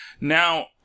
now